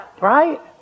Right